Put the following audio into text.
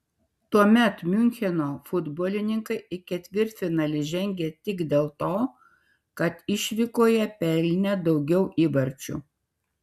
tuomet miuncheno futbolininkai į ketvirtfinalį žengė tik dėl to kad išvykoje pelnė daugiau įvarčių